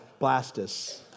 Blastus